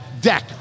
deck